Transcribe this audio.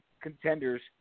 contenders